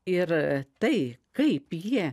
ir tai kaip jie